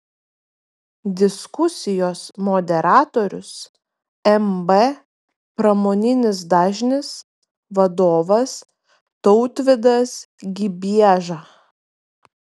diskusijos moderatorius mb pramoninis dažnis vadovas tautvydas gibieža